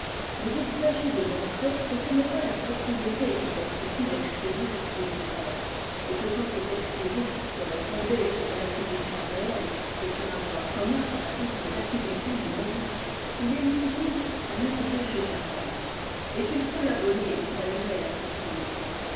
mais il s'agit de montrer que ce n'est pas la propriété qui constitue l'exclusif du libraire et que quand cet exclusif serait fondé sur une acquisition réelle et sur un droit commun à toutes les acquisitions du monde il est nuisible à l'intérêt général et qu'il faut l'abolir malgré la propriété